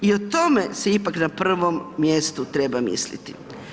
I o tome se ipak na prvom mjestu treba misliti.